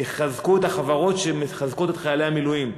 שיחזקו את החברות שמחזקות את חיילי המילואים.